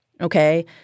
okay